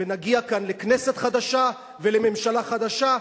ונגיע כאן לכנסת חדשה ולממשלה חדשה.